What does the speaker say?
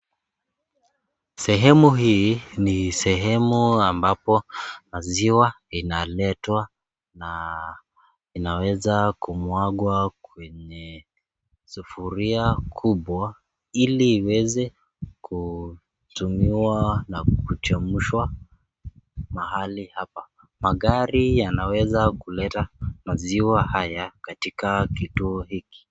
Sehemu hii ni sehemu ambapo maziwa inaletwa na inaweza kumwagwa kwa kwenye sufuria kubwa ili iweze kutumiwa na kuchemshwa mahali hapa. Magari yanaweza kuleta maziwa haya katika kituo hiki.